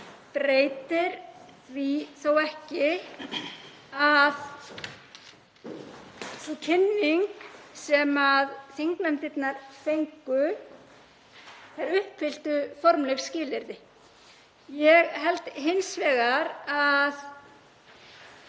breytir því þó ekki að sú kynning sem þingnefndirnar fengu uppfylltu formleg skilyrði. Ég held hins vegar að